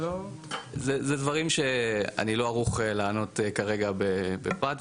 זה דברים שאני לא ערוך לענות כרגע בפרט,